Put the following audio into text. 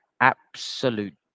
absolute